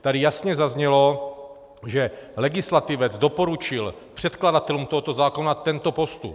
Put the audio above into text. Tady jasně zaznělo, že legislativec doporučil předkladatelům tohoto zákona tento postup.